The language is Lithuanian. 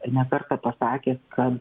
ne kartą pasakęs kad